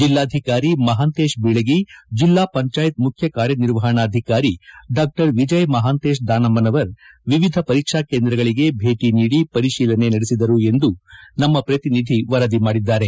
ಜಿಲ್ಲಾಧಿಕಾರಿ ಮಹಾಂತೇಶ್ ಬೀಳಗಿ ಜಲ್ಲಾಪಂಚಾಯತ್ ಮುಖ್ಯ ಕಾರ್ಯನಿರ್ವಹಣಾಧಿಕಾರಿ ಡಾ ವಿಜಯ ಮಹಾಂತೇಶ ದಾನಮ್ಮನವರ್ ವಿವಿಧ ಪರೀಕ್ಷಾ ಕೇಂದ್ರಗಳಿಗೆ ಭೇಟಿ ನೀಡಿ ಪರಿಶೀಲನೆ ನಡೆಸಿದರು ಎಂದು ನಮ್ಮ ಜಿಲ್ಲಾ ಪ್ರತಿನಿಧಿ ವರದಿ ಮಾಡಿದ್ದಾರೆ